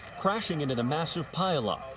crashing into the massive pile-up.